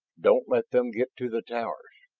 don't let them get to the towers.